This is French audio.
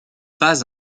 pas